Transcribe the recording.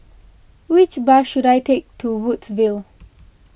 which bus should I take to Woodsville